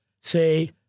say